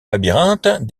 labyrinthe